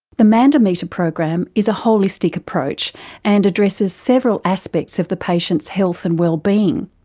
the mandometer program is a holistic approach and addresses several aspects of the patient's health and wellbeing.